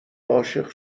عاشق